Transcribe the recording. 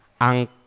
Ang